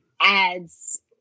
adds